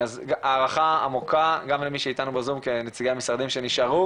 הערכה עמוקה גם למי שאיתנו בזום כנציגי המשרדים שנשארו